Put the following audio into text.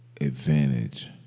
advantage